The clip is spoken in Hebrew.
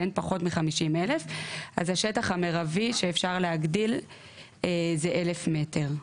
פחות מ-50,000 אז השטח המירבי שאפשר להגדיל זה 1,000 מטר.